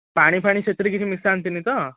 ପାଣି ଫାଣି ସେଥିରେ କିଛି ମିଶାନ୍ତିନି ତ